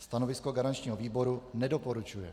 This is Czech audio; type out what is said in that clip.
Stanovisko garančního výboru: nedoporučuje.